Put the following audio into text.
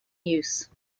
use